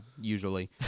usually